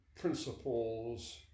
principles